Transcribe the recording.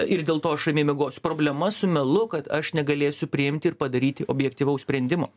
ir dėlto aš ramiai miegosiu problema su melu kad aš negalėsiu priimti ir padaryti objektyvaus sprendimo